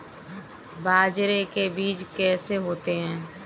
बाजरे के बीज कैसे होते हैं?